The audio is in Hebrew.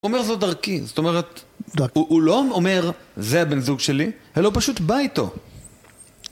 הוא אומר זאת דרכי, זאת אומרת, הוא לא אומר, זה הבן זוג שלי, אלא הוא פשוט בא איתו.